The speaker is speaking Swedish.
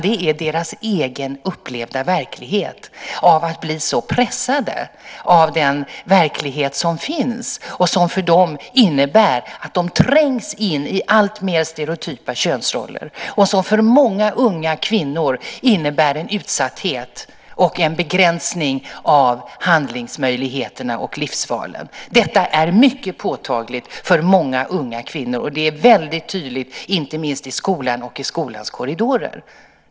Det är deras egen upplevda verklighet av att bli så pressade av den verklighet som finns och som för dem innebär att de trängs in i alltmer stereotypa könsroller och som för många unga kvinnor innebär en utsatthet och en begränsning av handlingsmöjligheterna och livsvalen. Detta är mycket påtagligt för många unga kvinnor. Det är väldigt tydligt inte minst i skolan och i skolans korridorer.